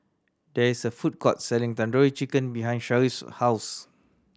there is a food court selling Tandoori Chicken behind Sharif's house